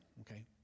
okay